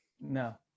No